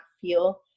feel